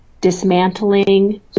dismantling